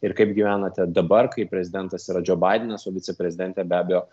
ir kaip gyvenate dabar kai prezidentas yra džo baidenas o viceprezidentė be abejo